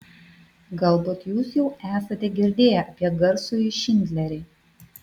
galbūt jūs jau esate girdėję apie garsųjį šindlerį